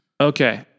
Okay